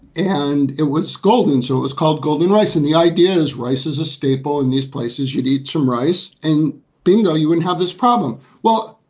and it was golden. so it was called golden rice. and the idea is rice is a staple in these places. you need some rice and bingo, you wouldn't have this problem well,